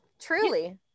truly